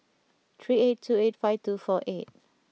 three eight two eight five two four eight